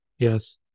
Yes